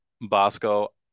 Bosco